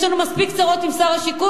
יש לנו מספיק צרות עם שר השיכון,